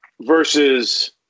versus